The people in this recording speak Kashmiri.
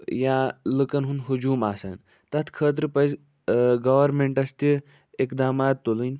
یا لُکن ہُنٛد ہجوٗم آسان تَتھ خٲطرٕ پَزِ گورمٮ۪نٛٹَس تہِ اِقدامات تُلٕنۍ